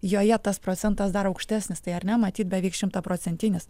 joje tas procentas dar aukštesnis tai ar ne matyt beveik šimtaprocentinis